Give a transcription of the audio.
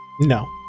No